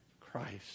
Christ